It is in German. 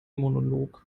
monolog